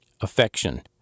Affection